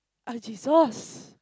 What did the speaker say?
oh Jesus